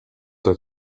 let